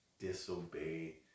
disobey